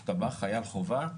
זה טבח חייל חובה.